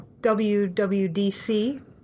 WWDC